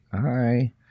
hi